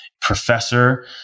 professor